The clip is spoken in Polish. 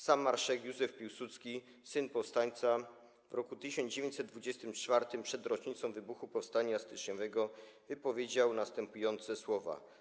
Sam marszałek Józef Piłsudski, syn powstańca, w roku 1924 przed rocznicą wybuchu powstania styczniowego wypowiedział następujące słowa: